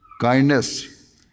kindness